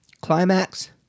climax